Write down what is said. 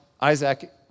Isaac